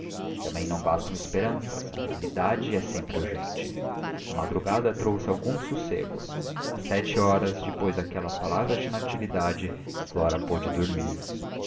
também não bastam esperanças a realidade é sempre urgente a madrugada trouxe algum sossego às sete horas depois daquelas palavras de natividade flora pôde dormir